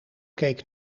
keek